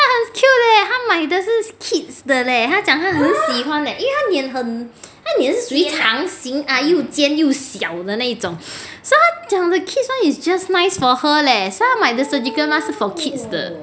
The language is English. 她很 cute leh 她买的是 kids 的 leh 她讲她很喜欢 leh 因为她的脸很她的脸是属于长形的 uh 又尖又小的那一种 so 她讲 the kids [one] is just nice for her leh so 她买的 the surgical mask 是 for kids 的